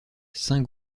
saint